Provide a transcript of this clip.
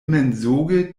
mensoge